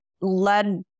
led